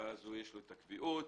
ואז יש לו קביעוּת